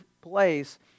place